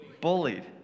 Bullied